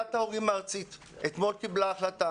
הנהגת ההורים הארצית קיבלה אתמול החלטה